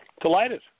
Delighted